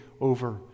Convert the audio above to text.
over